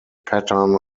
pattern